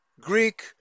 Greek